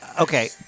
okay